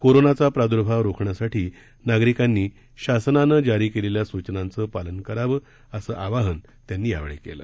कोरोनाचा प्रादुर्भाव रोखण्यासाठी नागरिकांनी शासनानं जारी केलेल्या सूचनांचं पालन करावं असं आवाहन त्यांनी यावेळी केलं